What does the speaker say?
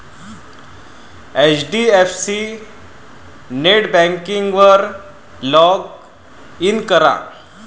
HDFC नेटबँकिंगवर log in करा